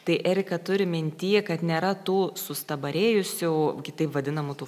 tai erika turi minty kad nėra tų sustabarėjusių kitaip vadinamų tų